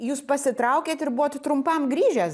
jūs pasitraukėt ir buvot trumpam grįžęs